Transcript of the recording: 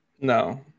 No